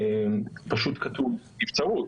כתוב נבצרות.